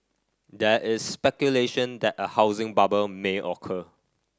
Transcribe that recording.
there is speculation that a housing bubble may occur